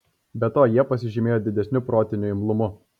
be to jie pasižymėjo didesniu protiniu imlumu